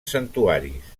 santuaris